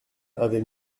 avant